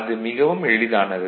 அது மிகவும் எளிதானது